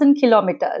kilometers